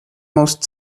most